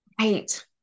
Right